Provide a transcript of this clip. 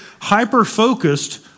hyper-focused